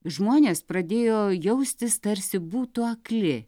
žmonės pradėjo jaustis tarsi būtų akli